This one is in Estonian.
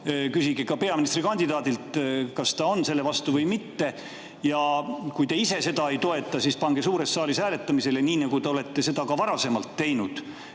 Küsige ka peaministrikandidaadilt, kas ta on selle vastu või mitte. Kui te ise seda ei toeta, siis pange see suures saalis hääletamisele, nii nagu te olete ka varasemalt teinud,